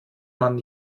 man